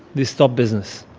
they stop business.